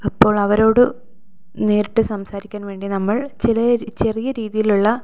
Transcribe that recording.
അപ്പോൾ അവരോട് നേരിട്ട് സംസാരിക്കാൻവേണ്ടി നമ്മൾ ചെറിയ രീതിയിലുള്ള